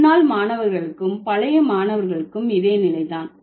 முன்னாள் மாணவர்களுக்கும் பழைய மாணவர்களுக்கும் இதே நிலை தான்